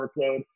workload